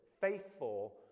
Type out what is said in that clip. faithful